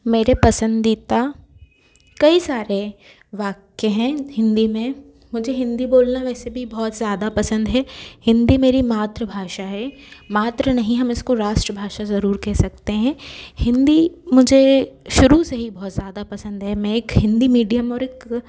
मेरे पसंदीदा कई सारे वाक्य हैं हिंदी में मुझे हिंदी बोलना वैसे भी बहुत ज़्यादा पसंद है हिंदी मेरी मातृभाषा है मातृ नहीं हम इसको राष्ट्रभाषा ज़रूर कह सकते हैं हिंदी मुझे शुरू से ही बहुत ज़्यादा पसंद है मैं एक हिंदी मीडियम और एक